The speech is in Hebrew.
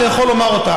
אתה יכול לומר אותה.